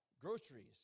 groceries